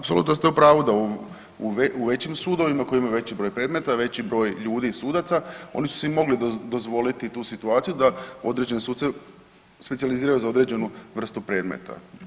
Apsolutno ste u pravu da u većim sudovima koji imaju veći broj predmeta, veći broj ljudi i sudaca oni su si mogli dozvoliti tu situaciju da određene suce specijaliziraju za određenu vrstu predmeta.